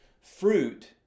Fruit